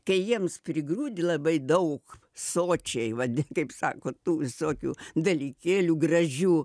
kai jiems prigrūdi labai daug sočiai va kaip sako tų visokių dalykėlių gražių